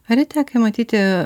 ar yra tekę matyti